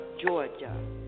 Georgia